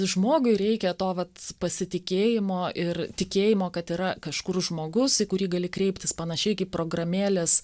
žmogui reikia to vat pasitikėjimo ir tikėjimo kad yra kažkur žmogus į kurį gali kreiptis panašiai kaip programėlės